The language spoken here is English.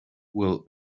will